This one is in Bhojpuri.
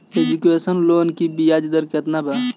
एजुकेशन लोन की ब्याज दर केतना बा?